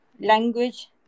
language